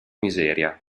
miseria